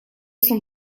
son